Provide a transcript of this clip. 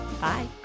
Bye